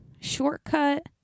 shortcut